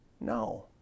No